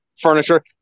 furniture